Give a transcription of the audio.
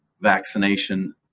vaccination